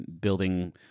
building